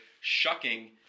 shucking